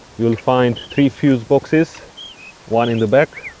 you will find three fuse boxes one in the back.